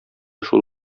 шул